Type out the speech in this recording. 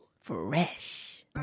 Fresh